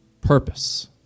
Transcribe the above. purpose